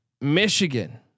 Michigan